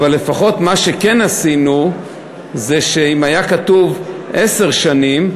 אבל לפחות מה שכן עשינו זה שאם היה כתוב עשר שנים,